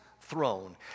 throne